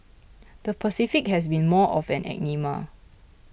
the Pacific has been more of an enigma